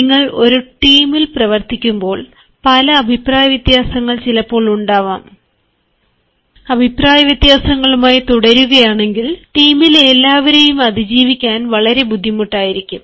നിങ്ങൾ ഒരു ടീമിൽ പ്രവർത്തിക്കുമ്പോൾ പല അഭിപ്രായവ്യത്യാസങ്ങൾ ചിലപ്പോൾ ഉണ്ടാവാം അഭിപ്രായവ്യത്യാസങ്ങളുമായി തുടരുകയാണെങ്കിൽ ടീമിലെ എല്ലാവര്ക്കും അതിജീവിക്കാൻ വളരെ ബുദ്ധിമുട്ടായിരിക്കും